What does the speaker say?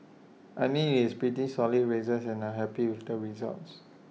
I mean it's pretty solid races and I'm happy with the results